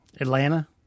atlanta